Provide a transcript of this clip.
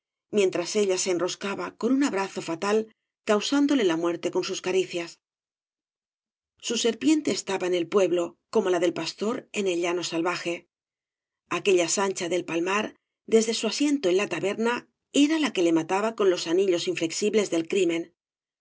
mientras ella se le enroscaba con un abrazo fatal causándole la muerte con sus caricias su serpiente estaba en el pueblo como la del pastor en el llano salvaje aquella sancha del palmar desde su asiento de la taberna era la que le mataba con los anillos ídflexibles del crimen